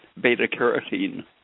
beta-carotene